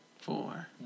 Four